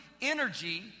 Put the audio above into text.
energy